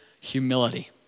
humility